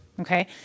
Okay